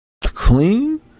Clean